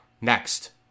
next